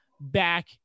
back